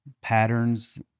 patterns